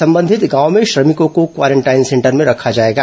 संबंधित गांव में श्रमिकों को क्वारेंटाइन सेंटर में रखा जाएगा